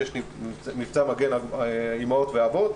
יש את מבצע מגן אימהות ואבות.